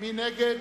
מי נגד?